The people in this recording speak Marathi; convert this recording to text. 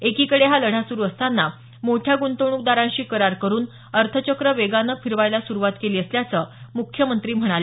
एकीकडे हा लढा सुरु असतांना मोठ्या ग्रंतवणूकदारांशी करार करून अर्थचक्र वेगाने फिरवायला सुरुवात केली असल्याचं ते म्हणाले